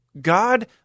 God